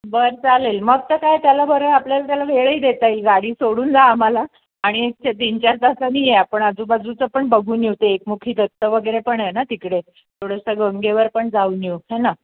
बरं चालेल मग तर काय त्याला बरं आपल्याला त्याला वेळही देता गाडी सोडून जा आम्हाला आणि एक तीन चार तासाने ये आपण आजूबाजूचं पण बघून येऊ ते एकमुखी दत्त वगैरे पण आहे ना तिकडे थोडंसं गंगेवर पण जाऊन येऊ है ना